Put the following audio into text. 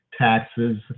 taxes